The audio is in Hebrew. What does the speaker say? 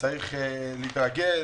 וצריך להתרגל.